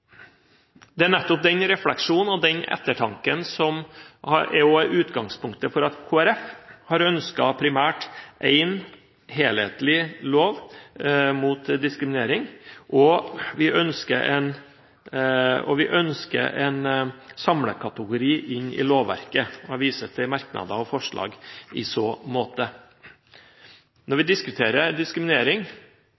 Det er nettopp den refleksjonen og den ettertanken som er utgangspunktet for at Kristelig Folkeparti primært ønsker én helhetlig lov mot diskriminering, og vi ønsker en samlekategori inn i lovverket. Jeg viser til merknader og forslag i så måte. Når vi